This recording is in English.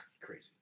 crazy